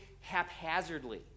haphazardly